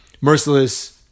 Merciless